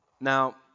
Now